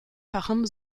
fachem